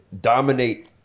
dominate